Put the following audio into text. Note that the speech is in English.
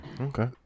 Okay